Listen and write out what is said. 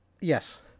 Yes